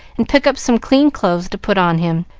and pick up some clean clothes to put on him,